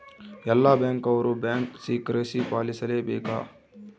ಎಲ್ಲ ಬ್ಯಾಂಕ್ ಅವ್ರು bank secrecy ಪಾಲಿಸಲೇ ಬೇಕ